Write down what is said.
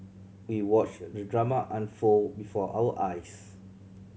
we watched the drama unfold before our eyes